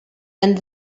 and